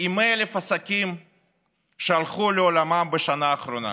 עם 100,000 עסקים שהלכו לעולמם בשנה האחרונה,